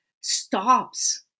stops